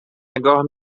نگاه